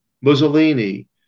Mussolini